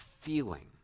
feeling